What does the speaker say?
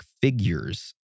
figures